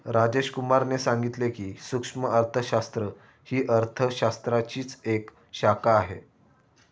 राजेश कुमार ने सांगितले की, सूक्ष्म अर्थशास्त्र ही अर्थशास्त्राचीच एक शाखा आहे